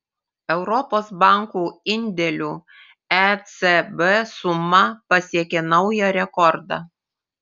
europos bankų indėlių ecb suma pasiekė naują rekordą